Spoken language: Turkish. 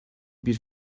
bir